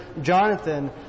Jonathan